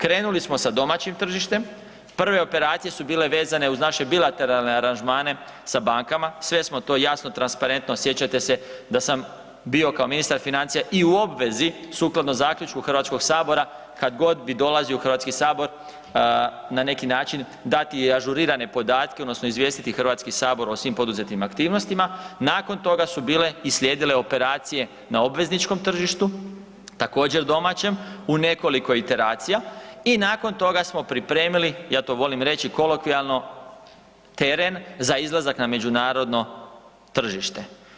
Krenuli smo sa domaćim tržištem, prve operacije su bile vezane uz naše bilateralne aranžmane sa bankama, sve smo to jasno, transparentno, sjećate se da sam bio kao ministar financija i u obvezi sukladno zaključku HS kad god bi dolazio u HS na neki način dati ažurirane podatke odnosno izvijestiti HS o svim poduzetim aktivnostima, nakon toga su bile i slijedile operacije na obvezničkom tržištu, također domaćem, u nekoliko interacija i nakon toga smo pripremili, ja to volim reći kolokvijalno, teren za izlazak na međunarodno tržište.